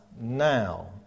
now